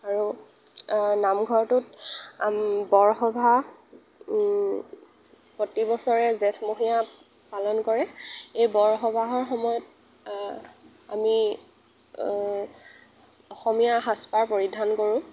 আৰু নামঘৰটোত বৰসভা প্ৰতিবছৰে জেঠমহীয়া পালন কৰে এই বৰসবাহৰ সময়ত আমি অসমীয়া সাজপাৰ পৰিধান কৰোঁ